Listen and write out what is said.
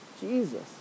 Jesus